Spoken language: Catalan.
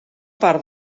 part